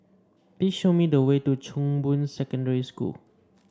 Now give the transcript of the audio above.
please show me the way to Chong Boon Secondary School